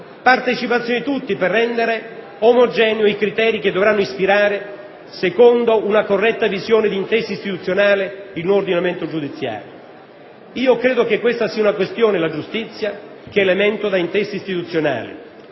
partecipazione di tutti per rendere omogenei i criteri che dovranno ispirare, secondo una corretta visione di intese istituzionali, il nuovo ordinamento giudiziario. Credo che questa sia una questione, la giustizia, che è elemento da intesa istituzionale